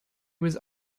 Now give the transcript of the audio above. was